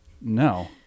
No